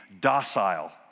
docile